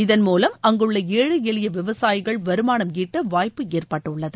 இதன்மூலம் அங்குள்ள ஏழை எளிய விவசாயிகள் வருமானம் ஈட்ட வாய்ப்பு ஏற்பட்டுள்ளது